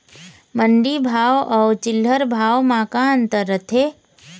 मंडी भाव अउ चिल्हर भाव म का अंतर रथे?